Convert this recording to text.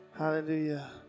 Hallelujah